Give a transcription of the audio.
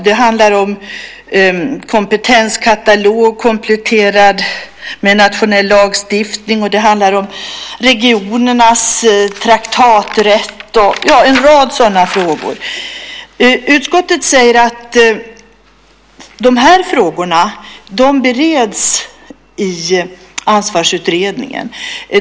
Det handlar om kompetenskatalog kompletterad med nationell lagstiftning, regionernas traktaträtt och en rad sådana frågor. Utskottet säger att de här frågorna bereds i Ansvarsutredningen.